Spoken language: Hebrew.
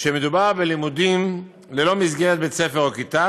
שמדובר בלימודים ללא מסגרת בית-ספר או כיתה